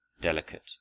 delicate